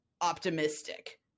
optimistic